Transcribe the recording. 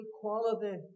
quality